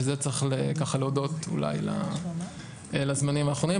וצריך להודות לזמנים האחרונים,